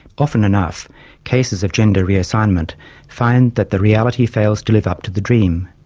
often enough cases of gender reassignment find that the reality fails to live up to the dream,